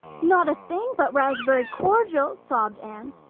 not a thing but raspberry cordial, sobbed anne.